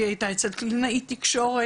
היא הייתה אצל קלינאית תקשורת,